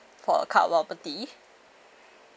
for a cup of bubble tea